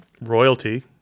royalty